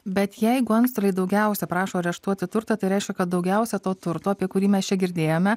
bet jeigu antstoliai daugiausia prašo areštuoti turtą tai reiškia kad daugiausia to turto apie kurį mes čia girdėjome